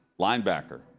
linebacker